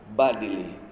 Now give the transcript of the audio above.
bodily